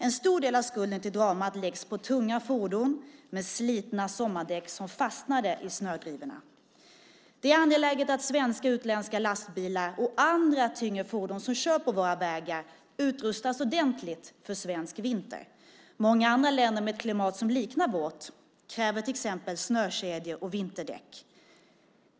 En stor del av skulden till dramat läggs på tunga fordon med slitna sommardäck som fastnade i snödrivorna. Det är angeläget att svenska och utländska lastbilar och andra tyngre fordon som kör på våra vägar utrustas ordentligt för svensk vinter. Många andra länder med ett klimat som liknar vårt kräver till exempel snökedjor och vinterdäck.